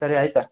ಸರಿ ಆಯಿತಾ